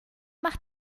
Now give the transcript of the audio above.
macht